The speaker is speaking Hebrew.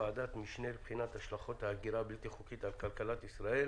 וכן חברי ועדת המשנה לבחינת השלכות ההגירה הבלתי חוקית על כלכלת ישראל: